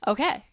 Okay